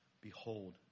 Behold